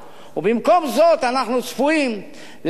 ובמקום זאת אנחנו צפויים להעלאה